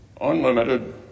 unlimited